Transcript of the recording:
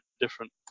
different